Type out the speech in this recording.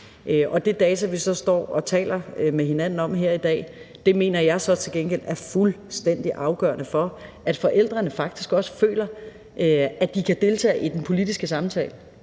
De data, vi så står og taler med hinanden om her i dag, mener jeg så til gengæld er fuldstændig afgørende for, at forældrene faktisk også føler, at de kan deltage i den politiske samtale.